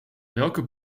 welke